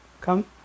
come